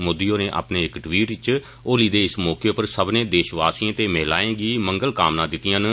मोदी होरें अपने इक टवीट इच होली दे इस मौके पर सब्बनै देषवासिएं ते महिलाएं गी मगल कांमना दितिआं न